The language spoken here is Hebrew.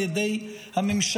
על ידי הממשלה,